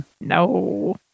No